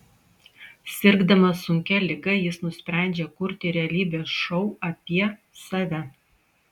sirgdamas sunkia liga jis nusprendžia kurti realybės šou apie save